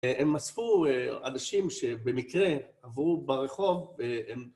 הם אספו אנשים שבמקרה עברו ברחוב, הם...